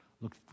Look